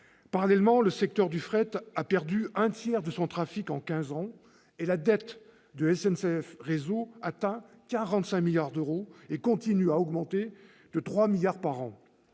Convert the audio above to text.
Parallèlement, le secteur du fret a perdu un tiers de son trafic en quinze ans et la dette de SNCF Réseau, qui atteint 45 milliards d'euros, continue à augmenter de trois milliards d'euros